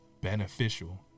beneficial